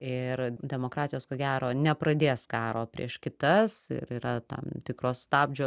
ir demokratijos ko gero nepradės karo prieš kitas ir yra tam tikros stabdžių